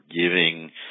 giving